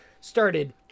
started